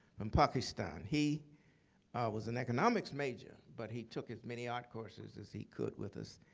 from pakistan, he was an economics major, but he took as many art courses as he could with us.